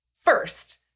First